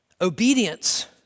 obedience